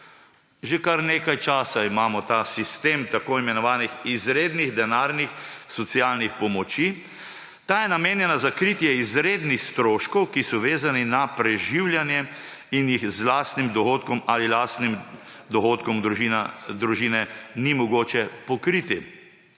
Že kar nekaj časa imamo ta sistem tako imenovanih izrednih denarnih socialnih pomoči. Ta je namenjena za kritje izrednih stroškov, ki so vezani na preživljanje in jih z lastnim dohodkom ali lastnim dohodkom družine ni mogoče pokriti.